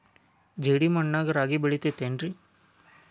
ಜೇಡಿ ಮಣ್ಣಾಗ ರಾಗಿ ಬೆಳಿತೈತೇನ್ರಿ?